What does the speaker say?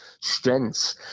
strengths